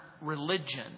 religion